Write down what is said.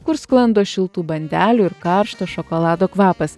kur sklando šiltų bandelių ir karšto šokolado kvapas